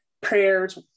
prayers